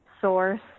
source